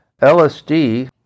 LSD